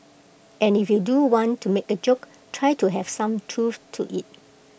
and if you do want to make A joke try to have some truth to IT